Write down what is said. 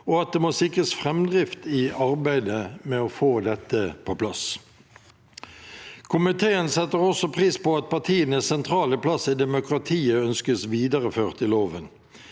og at det må sikres framdrift i arbeidet med å få dette på plass. Komiteen setter også pris på at partienes sentrale plass i demokratiet ønskes videreført i loven.